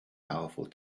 powerful